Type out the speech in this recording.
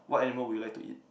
what animal would you like to eat